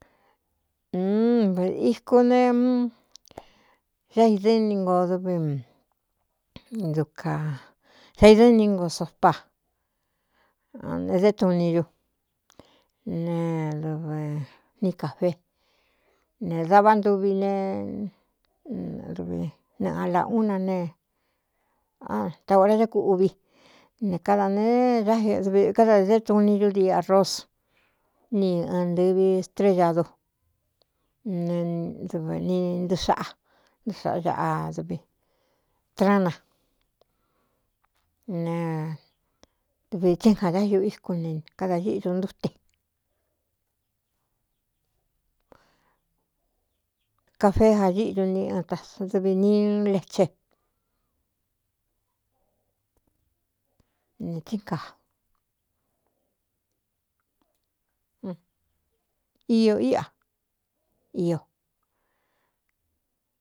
N víku ne á idɨ́ɨ nnodv duka aidɨ́ɨn ningo sofpa nedé tuu ni ñú ne dv ni cāfe ne daꞌváꞌa ntuvi nevne alā ú na neta óꞌra á kuuvi ne da neevkáda edee tu ni dú dii a ros ni ɨ ntɨvi stree yadu nedv ni ntxáꞌanxꞌadvi trana nedv tsín jadáiu íku ne kada íꞌdu ntúte cafee jaíꞌdu n dɨvi niu leche neta íꞌa íō.